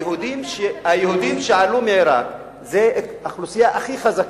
היהודים שעלו מעירק הם האוכלוסייה הכי חזקה,